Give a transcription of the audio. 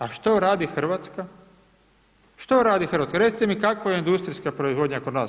A što radi Hrvatska, što radi Hrvatska, recite mi kakva je industrijska proizvodnja kod nas?